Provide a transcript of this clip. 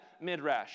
midrash